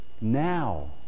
now